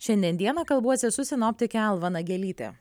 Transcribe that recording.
šiandien dieną kalbuosi su sinoptikė alva nagelyte